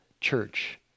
church